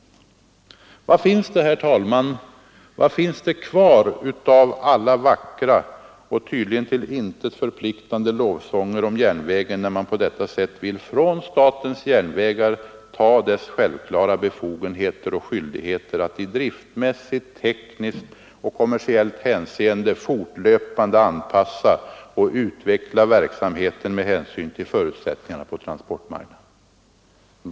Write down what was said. Vad finns det, herr talman, kvar av alla vackra och tydligen till intet förpliktande lovsånger om järnvägen när man på detta sätt vill frånta statens järnvägar dess självklara befogenheter och skyldigheter att i driftmässigt, tekniskt och kommersiellt hänseende fortlöpande anpassa och utveckla verksamheten med hänsyn till förutsättningarna på transportmarknaden?